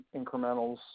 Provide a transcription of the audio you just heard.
incrementals